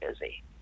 busy